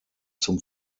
zum